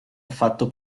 affatto